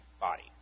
body